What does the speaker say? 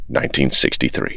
1963